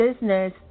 business